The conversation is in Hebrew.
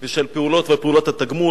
ושל פעולות ופעולות התגמול,